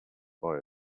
boy